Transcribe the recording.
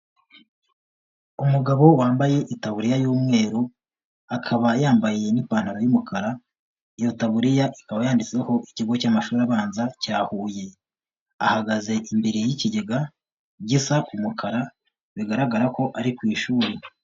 Umugabo wambaye itaburiya y'umweru, akaba yambaye n'ipantaro y'umukara, iyo taburiya ikaba yanditseho ikigo cy'amashuri abanza cya Huye, ahagaze imbere y'ikigega gisa mukara, bigaragara ko ari ku ishuri.